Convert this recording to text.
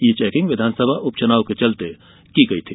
ये चैकिंग विधानसभा उपचुनाव के चलते की गयी थी